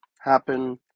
happen